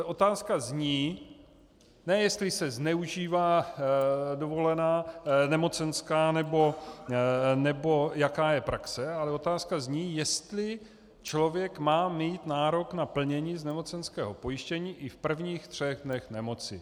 Otázka zní ne jestli se zneužívá nemocenská nebo jaká je praxe, ale otázka zní, jestli člověk má mít nárok na plnění z nemocenského pojištění i v prvních třech dnech nemoci.